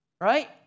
right